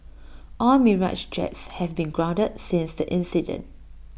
all Mirage jets have been grounded since the incident